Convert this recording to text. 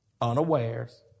unawares